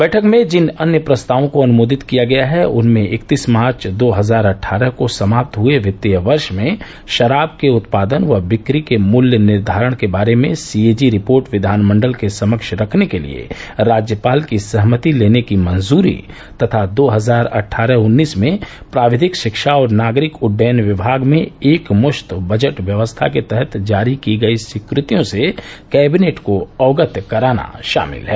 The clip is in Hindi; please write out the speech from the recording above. बैठक में जिन अन्य प्रस्तावों को अनुमोदित किया गया है उनमें इकतीस मार्च दो हज़ार अट्ठारह को समाप्त हुए वित्तीय वर्ष में शराब के उत्पादन व बिक्री के मूल्य निर्धारण के बारे में सीएजी रिपोर्ट विधानमंडल के समक्ष रखने के लिये राज्यपाल की सहमति लेने की मंजूरी तथा दो हजार अट्ठारह उन्नीस में प्राविधिक शिक्षा और नागरिक उड्डयन विभाग में एक मुश्त बजट व्यवस्था के तहत जारी की गई स्वीकृतियों से कैबिनेट को अवगत कराना शामिल हैं